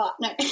no